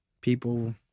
people